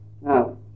Now